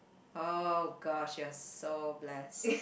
oh gosh you're so blessed